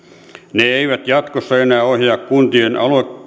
ne eivät jatkossa enää ohjaa kuntien